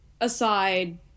aside